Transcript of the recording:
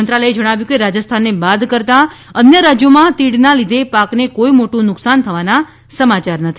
મંત્રાલયે જણાવ્યું હતું કે રાજસ્થાનને બાદ કરતા અન્ય રાજ્યોમાં તીડના લીધે પાકને કોઈ મોટું નુકસાન થવાના સમાચાર નથી